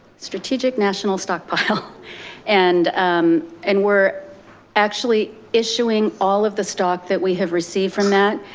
strategic national stockpile and um and we're actually issuing all of the stock that we have received from that.